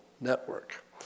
network